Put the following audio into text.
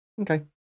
Okay